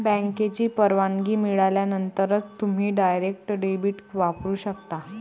बँकेची परवानगी मिळाल्यानंतरच तुम्ही डायरेक्ट डेबिट वापरू शकता